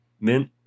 mint